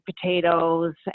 potatoes